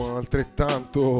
altrettanto